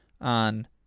on